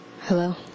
Hello